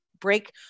break